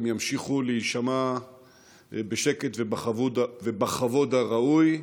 הם ימשיכו להישמע בשקט ובכבוד הראוי,